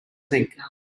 sink